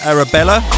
Arabella